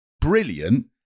brilliant